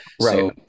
Right